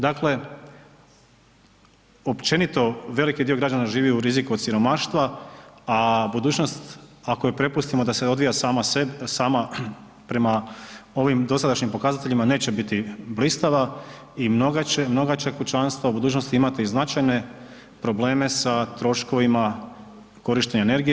Dakle, općenito veliki dio građana živi u riziku od siromaštva, a budućnost ako je prepustimo da se odvija sama sebi, sama prema ovim dosadašnjim pokazateljima neće biti blistava i mnoga će kućanstva u budućnosti imati značajne probleme sa troškovima korištenja energije.